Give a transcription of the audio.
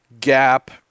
gap